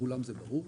לכולם זה ברור.